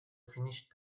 finished